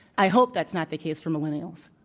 i hope that's not the case for millennials.